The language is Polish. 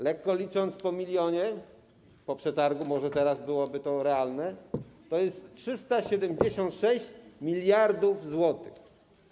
Lekko licząc, po milionie - po przetargu może teraz byłoby to realne - to jest 376 mld zł.